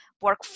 work